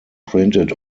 printed